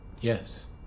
yes